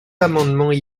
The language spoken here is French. amendements